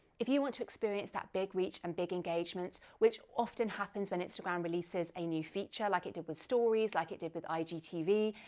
if you want to experience that big reach and big engagement, which often happens when instagram releases a new feature like it did with stories, like it did with igtv,